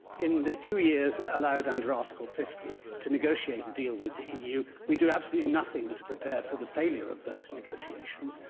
in the two years allowed under article fifty to negotiate a deal with the eu, we do absolutely nothing to prepare for the failure of those negotiations,